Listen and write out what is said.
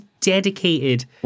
dedicated